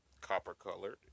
copper-colored